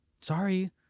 Sorry